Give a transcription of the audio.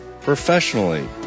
professionally